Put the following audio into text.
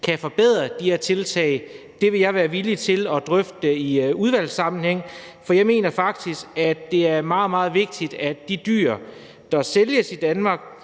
kan forbedre de her tiltag, og det vil jeg være villig til at drøfte i udvalgssammenhæng, for jeg mener faktisk, at det er meget, meget vigtigt, at de dyr, der sælges i Danmark,